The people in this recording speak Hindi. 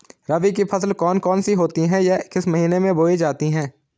रबी की फसल कौन कौन सी होती हैं या किस महीने में बोई जाती हैं?